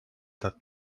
that